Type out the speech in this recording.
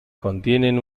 contienen